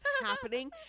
happening